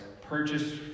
purchased